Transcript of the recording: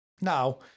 Now